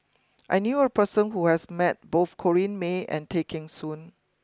I knew a person who has met both Corrinne May and Tay Kheng Soon